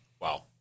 Wow